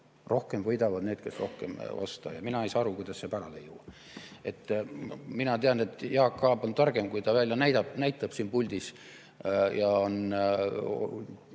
Rohkem võidavad need, kes rohkem ostavad. Ja mina ei saa aru, kuidas see pärale ei jõua. Mina tean, et Jaak Aab on targem, kui ta välja näitab siin puldis. Ja ta